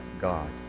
God